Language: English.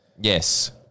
Yes